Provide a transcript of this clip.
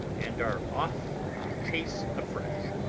and are off on the chase afresh.